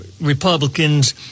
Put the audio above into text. Republicans